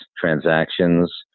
transactions